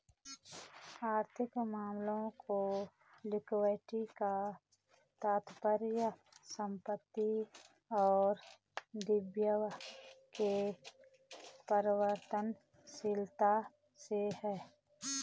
आर्थिक मामलों में लिक्विडिटी का तात्पर्य संपत्ति और दायित्व के परिवर्तनशीलता से है